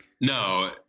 No